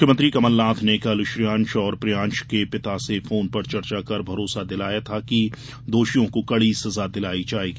मुख्यमंत्री कमलनाथ ने कल श्रेयांश और प्रियांश के पिता से फोन पर चर्चा कर भरोसा दिलाया था कि दोषियों को कड़ी सजा दिलाई जायेगी